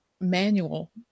manual